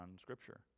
Scripture